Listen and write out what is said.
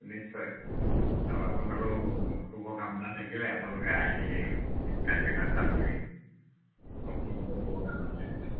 নিশ্চয় আৰু আপোনালোক শুভ কামনা থাকিলে আপোনালোকে আহি কাজিৰঙা চাবহি কামনা থাকিলে